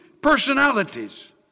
personalities